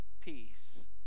peace